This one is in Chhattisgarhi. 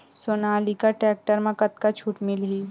सोनालिका टेक्टर म कतका छूट मिलही?